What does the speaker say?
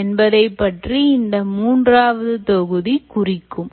என்பதை பற்றி இந்த மூன்றாவது தொகுதி குறிக்கும்